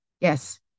Yes